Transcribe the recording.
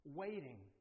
waiting